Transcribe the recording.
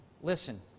Listen